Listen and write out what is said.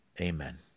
Amen